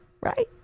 right